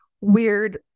weird